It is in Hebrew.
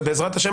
ובעזרת השם,